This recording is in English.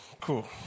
Cool